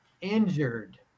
injured